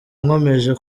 nkomeje